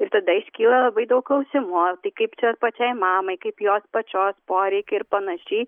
ir tada iškyla labai daug klausimų tai kaip čia pačiai mamai kaip jos pačios poreikiai ir panašiai